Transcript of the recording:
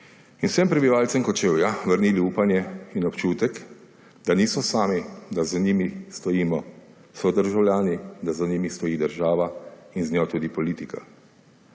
in vsem prebivalcem Kočevja vrnili upanje in občutek, da niso sami, da za njimi stojimo sodržavljani, da za njimi stoji država in z njo tudi politika.